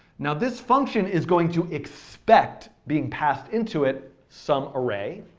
now this function is going to expect being passed into it some array,